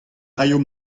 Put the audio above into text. raio